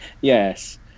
Yes